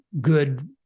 good